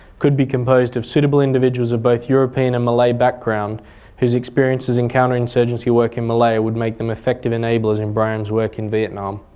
could be composed of suitable individuals of both european and malay background whose experiences in counter-insurgency work in malaya would make them effective enablers in briam's work in vietnam.